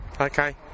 okay